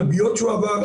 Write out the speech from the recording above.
על פגיעות שהוא עבר,